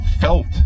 felt